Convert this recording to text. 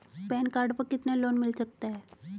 Pan card पर कितना loan मिल सकता है?